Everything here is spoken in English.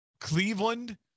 Cleveland